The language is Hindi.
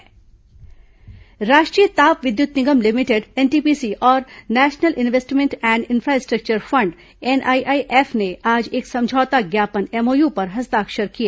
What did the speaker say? एनटीपीसी एमओय राष्ट्रीय ताप विद्युत निगम लिमिटेड एनटीपीसी और National Investment and Infrastructure Fund NI IF ने आज एक समझौता ज्ञापन एमओयू पर हस्ताक्षर किए